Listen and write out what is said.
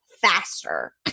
faster